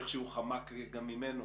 הוא איכשהו חמק גם ממנו.